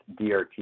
DRT